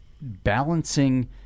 Balancing